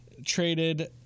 Traded